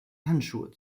handschuhe